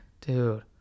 dude